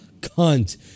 cunt